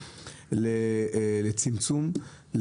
לצמצום,